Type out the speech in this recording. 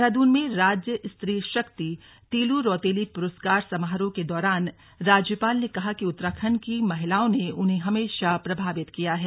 देहरादून में राज्य स्त्री शक्ति तीलू रौतेली पुरस्कार समारोह के दौरान राज्यपाल ने कहा कि उत्तराखंड की महिलाओं ने उन्हें हमेशा प्रभावित किया है